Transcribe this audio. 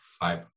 five